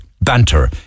Banter